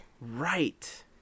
Right